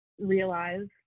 realize